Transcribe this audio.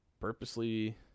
purposely